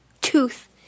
tooth